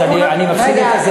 אז אני מפסיד את,